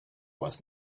was